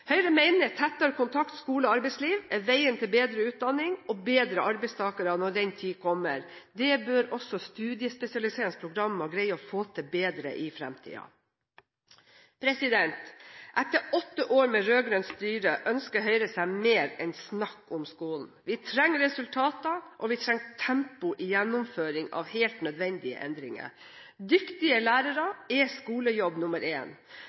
Høyre mener tettere kontakt skole–arbeidsliv er veien til bedre utdanning og bedre arbeidstakere når den tid kommer. Det bør også studiespesialiseringsprogrammene greie å få til bedre i fremtiden. Etter åtte år med rød-grønt styre ønsker Høyre seg mer enn snakk om skolen. Vi trenger resultater, og vi trenger tempo i gjennomføringen av helt nødvendige endringer. Dyktige